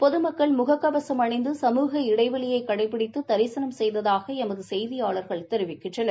பொதுமக்கள் முக கவசம் அணிந்து சமூக இடைவெளியை கடைபிடித்து தரிசனம் செய்ததாக எமது செய்தியாளர்கள் தெரிவிக்கின்றனர்